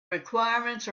requirements